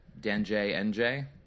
DanJNJ